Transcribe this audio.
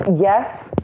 Yes